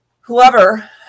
whoever